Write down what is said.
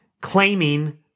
claiming